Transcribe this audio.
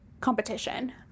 competition